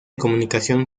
comunicación